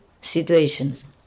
situations